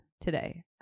today